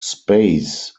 space